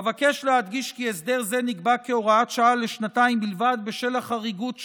אבקש להדגיש כי הסדר זה נקבע כהוראת שעה לשנתיים בלבד בשל החריגות שלו.